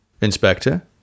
Inspector